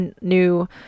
new